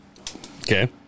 Okay